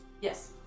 yes